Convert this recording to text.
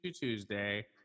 Tuesday